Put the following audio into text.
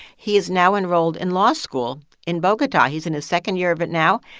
he is now enrolled in law school in bogota. he's in his second year of it now.